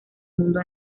mundo